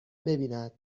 ببیند